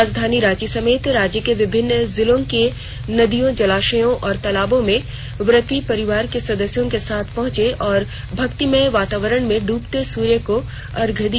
राजधानी रांची समेत राज्य के विभिन्न जिलों की नदियों जलाशयों और तालाबों में व्रर्ती परिवार के सदस्यों के साथ पहंचे और भक्तिमय वातावरण में डूबते सूर्य को अर्घ्य दिया